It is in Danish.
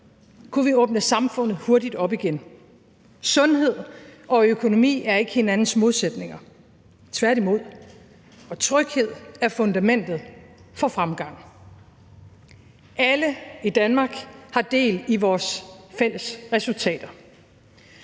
kunne vi åbne samfundet hurtigt op igen. Sundhed og økonomi er ikke hinandens modsætninger, tværtimod, og tryghed er fundamentet for fremgang. Alle i Danmark har del i vores fælles resultater,